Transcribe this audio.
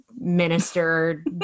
minister